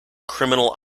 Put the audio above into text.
criminal